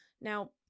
Now